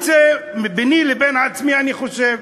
ביני לבין עצמי אני חושב.